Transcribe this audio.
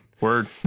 Word